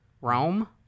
Rome